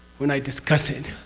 when i discuss it?